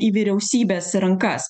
į vyriausybės rankas